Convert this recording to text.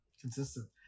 consistent